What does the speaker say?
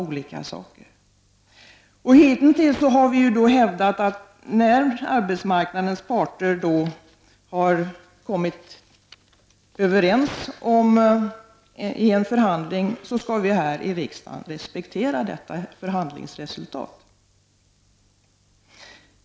Hitintills har det hävdats att när arbetsmarknadens parter i en förhandling har kommit överens, skall vi i riksdagen respektera detta förhandlingsresultat.